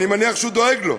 ואני מניח שהוא דואג לו,